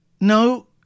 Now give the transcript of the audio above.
no